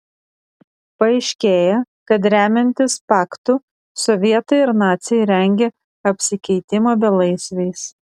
paaiškėja kad remiantis paktu sovietai ir naciai rengia apsikeitimą belaisviais